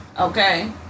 okay